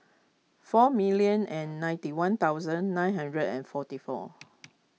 four million and ninety one thousand nine hundred and forty four